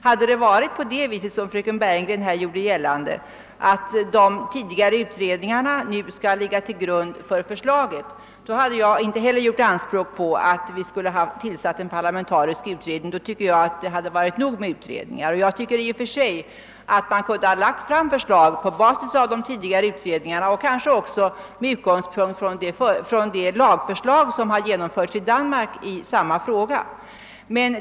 Hade det varit på det sättet som fröken Bergegren gjorde gällande, att de tidigare utredningarna nu skall ligga till grund för förslaget, hade jag inte heller gjort anspråk på att det skulle tillsättas en parlamentarisk utredning — då hade det varit nog med utredningar. Jag tycker i och för sig också att man kunde ha lagt fram förslag på grundval av de tidigare utredningarna och det lagförslag som nu har antagits i Danmark i samma fråga.